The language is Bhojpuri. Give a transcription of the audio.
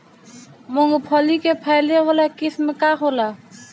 मूँगफली के फैले वाला किस्म का होला?